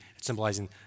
symbolizing